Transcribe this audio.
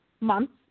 months